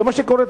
כמו שקורה,